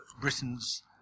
Britain's